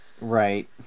Right